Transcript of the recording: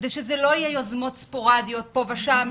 כדי שזה לא יהיו יוזמות ספורדיות פה ושם,